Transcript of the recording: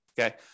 Okay